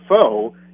foe